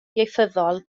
ieithyddol